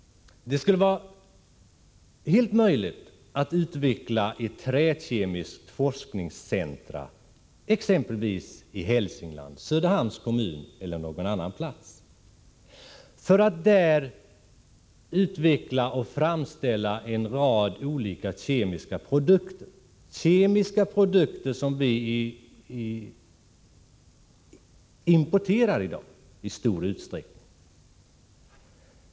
Det skulle vara helt möjligt att utveckla ett träkemiskt forskningscentrum, exempelvis i Hälsingland — i Söderhamns kommun eller på någon annan ort — för utveckling och framställning av en rad olika kemiska produkter, kemiska produkter som vi i dag i stor utsträckning importerar.